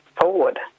forward